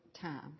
time